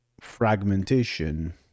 fragmentation